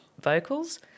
vocals